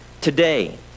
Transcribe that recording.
today